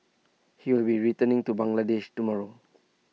he will be returning to Bangladesh tomorrow